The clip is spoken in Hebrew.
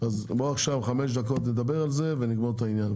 אז אמרו עכשיו חמש דקות נדבר על זה ונגמור את העניין,